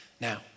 Now